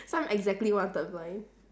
so I'm exactly one third blind